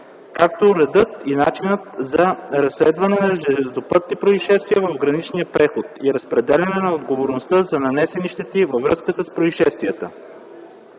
както и редът и начинът за разследване на железопътни произшествия в граничния преход и разпределяне на отговорността за нанесени щети във връзка с произшествията.